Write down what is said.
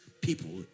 people